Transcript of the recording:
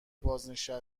بازنشته